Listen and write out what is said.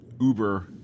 Uber